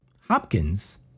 Hopkins